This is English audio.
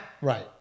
Right